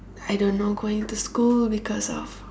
I don't know going to school because of